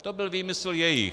To byl výmysl jejich.